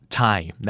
time